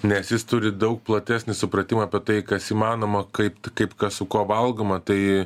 nes jis turi daug platesnį supratimą apie tai kas įmanoma kaip kaip kas su kuo valgoma tai